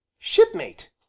Shipmate